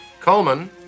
Coleman